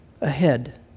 ahead